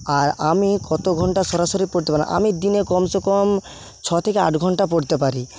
আর আমি কত ঘন্টা সরাসরি পড়তে পারিনা আমি দিনে কমসে কম ছ থেকে আট ঘন্টা পড়তে পারি